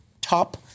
top